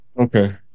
Okay